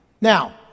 Now